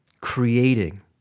creating